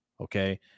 Okay